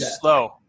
slow